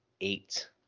eight